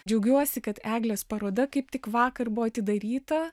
džiaugiuosi kad eglės paroda kaip tik vakar buvo atidaryta